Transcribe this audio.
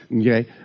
Okay